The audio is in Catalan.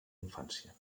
infància